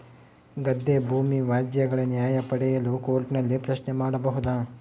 ಗದ್ದೆ ಭೂಮಿ ವ್ಯಾಜ್ಯಗಳ ನ್ಯಾಯ ಪಡೆಯಲು ಕೋರ್ಟ್ ನಲ್ಲಿ ಪ್ರಶ್ನೆ ಮಾಡಬಹುದಾ?